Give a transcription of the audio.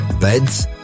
beds